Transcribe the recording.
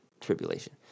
tribulation